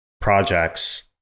projects